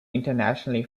internationally